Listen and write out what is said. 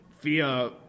via